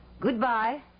Goodbye